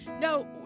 No